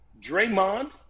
Draymond